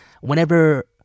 whenever